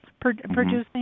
producing